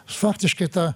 faktiškai ta